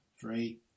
Three